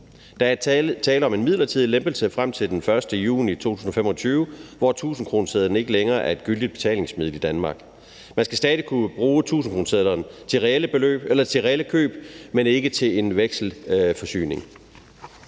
Der er tale om en midlertidig lempelse frem til den 1. juni 2025, hvor tusindkronesedlen ikke længere er et gyldigt betalingsmiddel i Danmark. Man skal stadig kunne bruge tusindkronesedlerne til reelle køb, men ikke til en vekselforsyning.